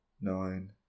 nine